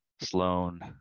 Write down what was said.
Sloan